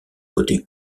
côté